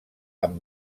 amb